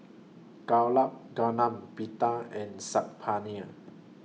Gulab Gulab Pita and Saag Paneer